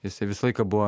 jisai visą laiką buvo